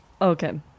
okay